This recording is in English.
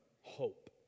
hope